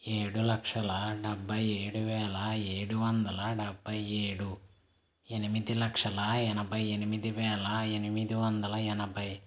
ఏడు లక్షల డెభై ఏడు వేల ఏడు వందల డెభై ఏడు ఎనిమిది లక్షల ఎనభై ఎనిమిది వేల ఎనిమిది వందల ఎనభై